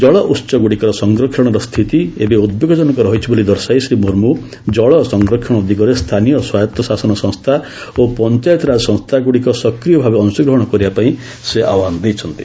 ଜଳ ଉତ୍ସଗ୍ରଡ଼ିକର ସଂରକ୍ଷଣର ସ୍ଥିତି ଏବେ ଉଦ୍ବେଗଜନକ ରହିଛି ବୋଲି ଦର୍ଶାଇ ଶ୍ରୀ ମୁର୍ମୁ ଜଳ ସଂରକ୍ଷଣ ଦିଗରେ ସ୍ଥାନୀୟ ସ୍ୱାୟତ୍ତ ଶାସନ ସଂସ୍ଥା ଓ ପଞ୍ଚାୟତିରାଜ ସଂସ୍ଥାଗୁଡ଼ିକ ସକ୍ରିୟ ଭାବେ ଅଂଶଗ୍ରହଣ କରିବାପାଇଁ ଆହ୍ବାନ ଦେଇଛନ୍ତି